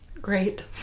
Great